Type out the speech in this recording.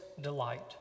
delight